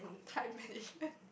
time management